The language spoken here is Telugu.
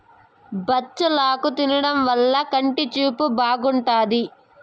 బచ్చలాకు తినడం వల్ల కంటి చూపు బాగుంటాది